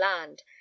land